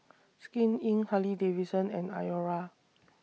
Skin Inc Harley Davidson and Iora